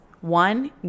One